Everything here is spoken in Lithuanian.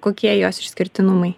kokie jos išskirtinumai